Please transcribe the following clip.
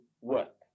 work